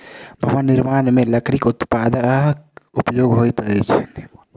भवन निर्माण मे लकड़ीक उत्पादक उपयोग होइत अछि